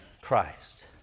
Christ